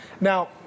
Now